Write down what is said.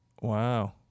Wow